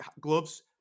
gloves